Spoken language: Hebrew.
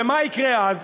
ומה יקרה אז?